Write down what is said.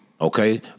Okay